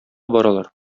баралар